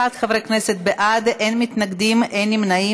21 חברי כנסת בעד, אין מתנגדים, אין נמנעים.